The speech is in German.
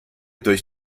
durch